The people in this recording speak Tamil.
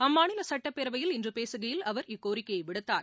அம்மாநிலசட்டப்பேரவையில் இன்றுபேசுகையில் அவர் இக்கோரிக்கையைவிடுத்தார்